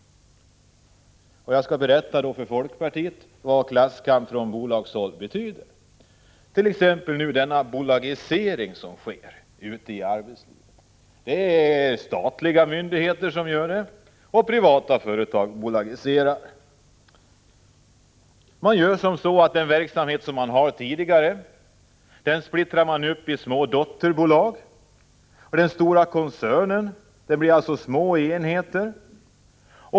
Jag skall berätta för folkpartiet vad klasskamp från bolagshåll betyder. Som exempel kan jag ta den bolagisering som sker ute i samhället. Både statliga myndigheter och privata företag bolagiserar. Man splittrar upp sin verksamhet i små dotterbolag. Den stora koncernen blir uppdelad i små enheter.